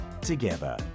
together